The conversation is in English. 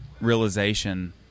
realization